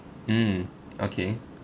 mm okay